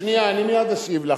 שנייה, אני מייד אשיב לך.